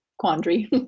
Quandary